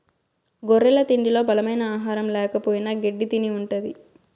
గొర్రెల తిండిలో బలమైన ఆహారం ల్యాకపోయిన గెడ్డి తిని ఉంటది